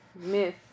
myth